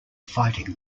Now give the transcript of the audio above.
fighting